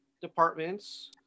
departments